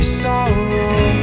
sorrow